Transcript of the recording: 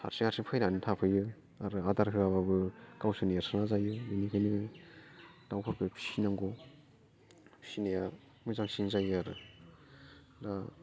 हारसिं हारसिं फैनानै थाफैयो आरो आदार होआबाबो गावसोर एरस्रोना जायो बेनिखायनो दाउफोरखौ फिसिनांगौ फिसिनाया मोजांसिन जायो आरो दा